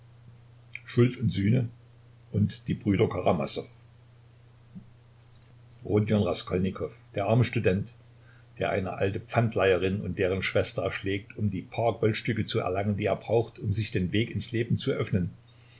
schuld und sühne und die brüder karamasow rodion raskolnikow der arme student der eine alte pfandleiherin und deren schwester erschlägt um die paar goldstücke zu erlangen die er braucht um sich den weg ins leben zu öffnen